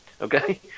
Okay